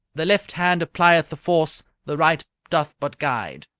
the left hand applieth the force, the right doth but guide.